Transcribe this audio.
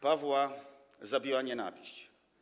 Pawła zabiła nienawiść.